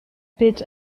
pitt